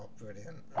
brilliant